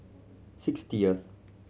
sixtieth